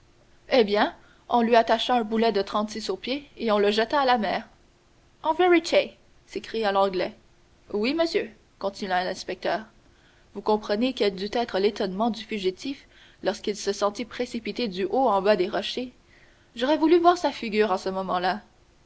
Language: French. eh bien on lui attacha un boulet de trente-six aux pieds et on le jeta à la mer en vérité s'écria l'anglais oui monsieur continua l'inspecteur vous comprenez quel dut être l'étonnement du fugitif lorsqu'il se sentit précipité du haut en bas des rochers j'aurais voulu voir sa figure en ce moment-là